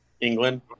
England